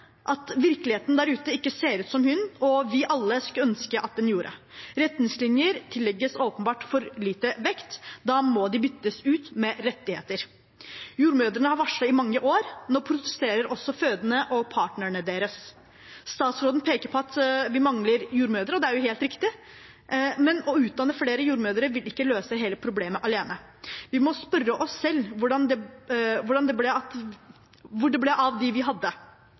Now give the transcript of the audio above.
at virkeligheten der ute ikke ser ut som hun og vi alle skulle ønske at den gjorde. Retningslinjer tillegges åpenbart for lite vekt. Da må de byttes ut med rettigheter. Jordmødrene har varslet i mange år, nå protesterer også fødende og partnerne deres. Statsråden peker på at vi mangler jordmødre, og det er helt riktig, men å utdanne flere jordmødre vil ikke løse hele problemet alene. Vi må spørre oss selv hvor det ble av de vi hadde, for sannheten er at